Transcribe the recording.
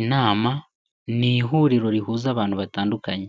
Inama ni ihuriro rihuza abantu batandukanye,